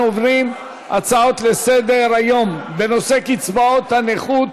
נעבור להצעות לסדר-היום בנושא: קצבאות הנכות